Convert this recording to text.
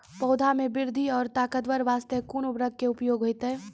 पौधा मे बृद्धि और ताकतवर बास्ते कोन उर्वरक के उपयोग होतै?